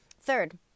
Third